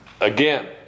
Again